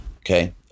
okay